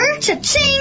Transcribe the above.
Cha-ching